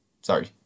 Sorry